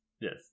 Yes